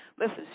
Listen